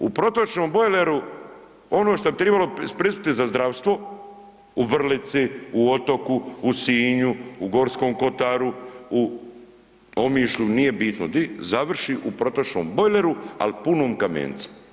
U protočnom bojleru ono šta bi trebalo prispiti za zdravstvo u Vrlici, u Otoku, u Sinju, u Gorskom Kotaru, u Omišlju, nije bitno di, završi u protočnom bojleru, ali punom kamenca.